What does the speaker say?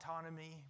autonomy